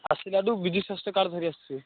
ଆସିଲାଠୁ ବିଜୁ ସ୍ୱାସ୍ଥ୍ୟ କାର୍ଡ଼ ଧରି ଆସିଥିବେ